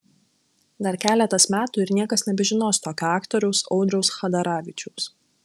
dar keletas metų ir niekas nebežinos tokio aktoriaus audriaus chadaravičiaus